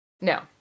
no